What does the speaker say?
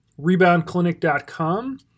reboundclinic.com